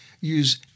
use